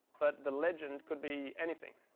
but the legend could be anything.